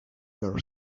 girl